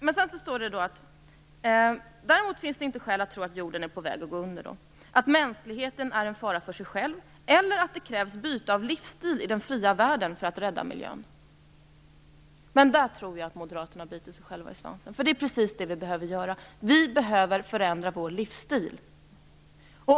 Längre fram står det: Däremot finns det inte skäl att tro att mänskligheten är en fara för sig själv eller att det krävs byte av livsstil i den fria världen för att rädda miljön. Där tror jag att Moderaterna biter sig själva i svansen, för det är precis det som vi behöver göra. Vi behöver förändra vår livsstil.